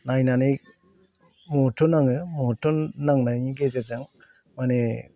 नायनानै मुहुथ' नाङो मुहुथ' नांनायनि गेजेरजों माने